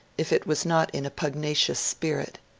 if it was not in a pugnacious spirit.